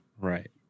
right